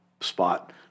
spot